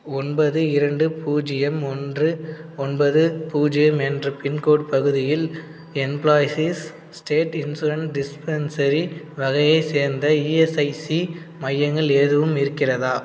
ஒன்பது இரண்டு பூஜ்ஜியம் ஒன்று ஒன்பது பூஜ்ஜியம் என்ற பின்கோடு பகுதியில் எம்ப்ளாயீசிஸ் ஸ்டேட் இன்சூரன்ஸ் டிஸ்பென்சரி வகையைச் சேர்ந்த இஎஸ்ஐசி மையங்கள் எதுவும் இருக்கிறதா